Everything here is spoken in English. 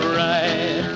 right